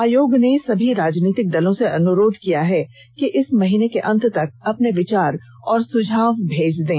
आयोग ने सभी राजनीतिक दलों से अनुरोध किया है कि इस महीने के अंत तक अपने विचार और सुझाव भेज दें